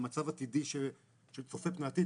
למצב עתידי שצופה פני עתיד.